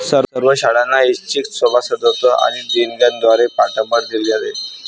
सर्व शाळांना ऐच्छिक सभासदत्व आणि देणग्यांद्वारे पाठबळ दिले जाते